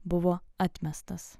buvo atmestas